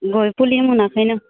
गय फुलि मोनाखैनो